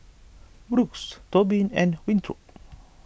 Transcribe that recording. Brooks Tobin and Winthrop